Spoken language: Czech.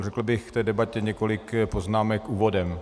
Řekl bych k té debatě několik poznámek úvodem.